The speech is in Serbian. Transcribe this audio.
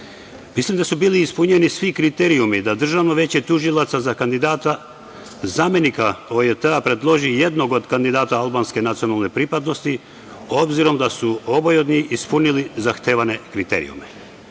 da su bili ispunjeni svi kriterijumi da Državno veće tužilaca za kandidata za zamenika OJT-a predloži jednog od kandidata albanske nacionalne pripadnosti, obzirom da su oba ispunila zahtevane kriterijume.